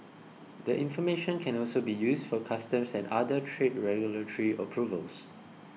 the information can also be used for customs and other trade regulatory approvals